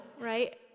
right